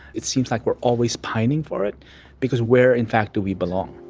it seems like we're always pining for it because where in fact do we belong